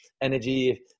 energy